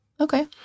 Okay